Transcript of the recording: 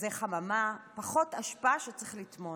וגזי חממה, פחות אשפה שצריך לטמון.